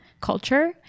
culture